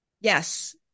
yes